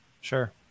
Sure